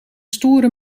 stoere